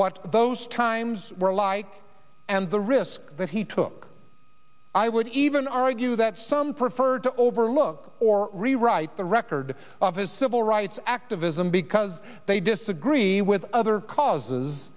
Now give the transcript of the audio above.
what those times were like and the risk that he took i would even argue that some prefer to overlook or rewrite the record of his civil rights activism because they disagree with other causes